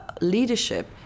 leadership